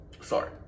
sorry